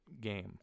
game